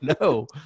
no